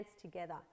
together